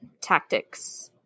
tactics